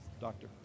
Doctor